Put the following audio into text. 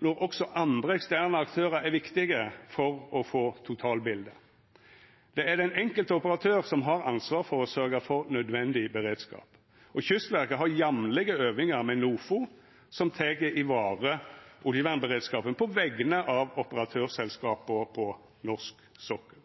når også andre eksterne aktørar er viktige for å få totalbildet. Det er den enkelte operatøren som har ansvaret for å sørgja for nødvendig beredskap, og Kystverket har jamlege øvingar med NOFO, som tek i vare oljevernberedskapen på vegner av operatørselskapa på norsk sokkel.